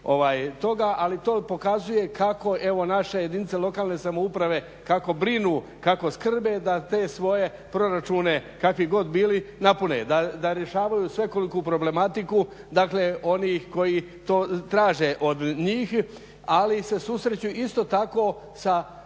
ali to pokazuje kako evo naše jedinice lokalne samouprave, kako brinu, kako skrbe da te svoje proračune kakvi god bili napune, da rješavaju svekoliku problematiku, dakle onih koji to traže od njih ali se susreću isto tako sa